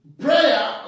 prayer